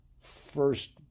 first